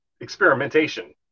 experimentation